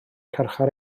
carchar